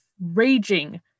raging